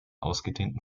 ausgedehnten